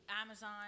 Amazon